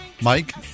Mike